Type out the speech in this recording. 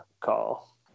call